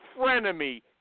frenemy